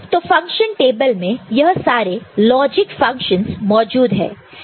तो function table में यह सारे लॉजिक फंक्शनस मौजूद है